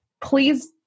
please